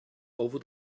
over